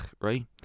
right